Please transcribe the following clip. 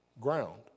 ground